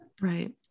right